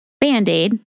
band-aid